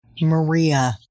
Maria